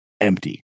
empty